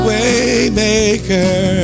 Waymaker